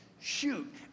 Shoot